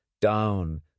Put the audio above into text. down